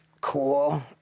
cool